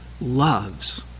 loves